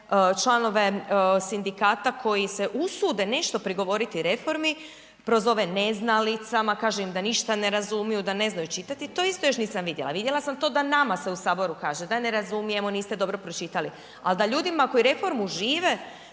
članove sindikata koji se usude nešto prigovoriti reformi prozove neznalicama, kaže im da ništa ne razumiju, da ne znaju čitati, to isto još nisam vidjela. Vidjela sam to da nama se u saboru kaže da ne razumijemo, niste dobro pročitali, ali da ljudima koji reformu žive,